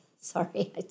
Sorry